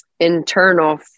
internal